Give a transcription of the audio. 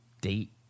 date